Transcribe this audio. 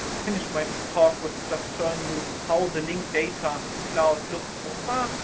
finish my talk with just showing you how the link data cloud looks so far.